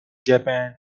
japan